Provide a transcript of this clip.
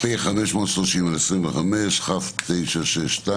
פ/530 כ/962,